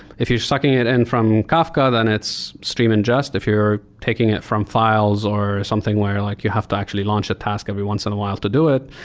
if you're sucking it in and from kafka, then it's stream ingest. if you're taking it from files or something where like you have to actually launch a task every once in a while to do it,